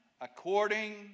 according